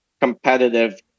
competitive